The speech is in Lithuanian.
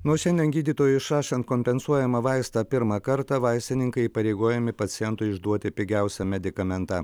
nuo šiandien gydytojui išrašant kompensuojamą vaistą pirmą kartą vaistininkai įpareigojami pacientui išduoti pigiausią medikamentą